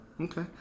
Okay